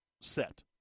set